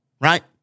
Right